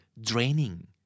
draining